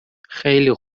خیلی